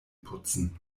putzen